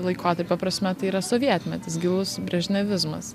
laikotarpio prasme tai yra sovietmetis gilus brėžniavizmas